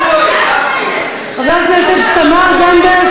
חברת הכנסת תמר זנדברג,